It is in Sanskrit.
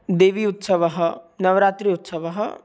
देवी उत्सवः नवरात्रि उत्सवः